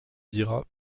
diras